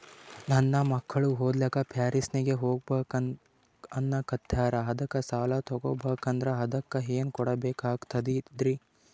ನನ್ನ ಮಕ್ಕಳು ಓದ್ಲಕ್ಕ ಫಾರಿನ್ನಿಗೆ ಹೋಗ್ಬಕ ಅನ್ನಕತ್ತರ, ಅದಕ್ಕ ಸಾಲ ತೊಗೊಬಕಂದ್ರ ಅದಕ್ಕ ಏನ್ ಕೊಡಬೇಕಾಗ್ತದ್ರಿ?